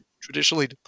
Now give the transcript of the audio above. traditionally